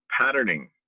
patterning